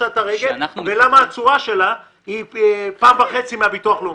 ולמה התשואה שלה היא פי 1.5 מהביטוח הלאומי?